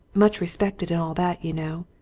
much respected and all that, you know.